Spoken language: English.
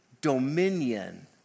dominion